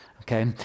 Okay